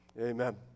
Amen